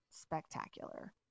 spectacular